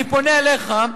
אני פונה אליך,